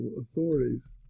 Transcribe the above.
authorities